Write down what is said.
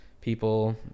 people